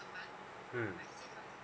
mm